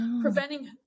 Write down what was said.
preventing